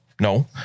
No